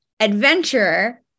Adventurer